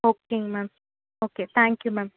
ஓகேங்க ma'am okay thank you ma'am